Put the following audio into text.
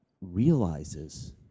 realizes